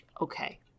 Okay